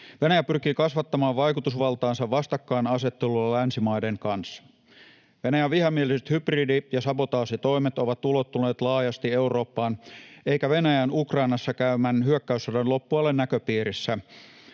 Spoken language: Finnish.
Venäjä pyrkii kasvattamaan vaikutusvaltaansa vastakkainasettelulla länsimaiden kanssa. Venäjän vihamieliset hybridi- ja sabotaasitoimet ovat ulottuneet laajasti Eurooppaan, eikä Venäjän Ukrainassa käymän hyökkäyssodan loppua ole näköpiirissä,